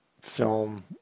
film